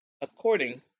according